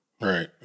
Right